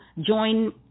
join